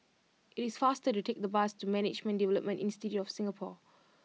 it is faster to take the bus to Management Development institute of Singapore